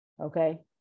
Okay